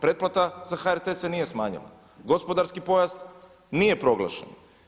Pretplata za HRT se nije smanjila, gospodarski pojas nije proglašen.